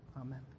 amen